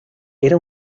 era